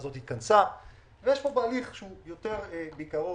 הזאת התכנסה ויש פה תהליך שהוא יותר טכני בעיקרו,